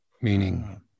meaning